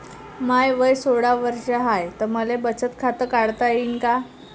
माय वय सोळा वर्ष हाय त मले बचत खात काढता येईन का?